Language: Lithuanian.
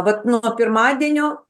vat nuo pirmadienio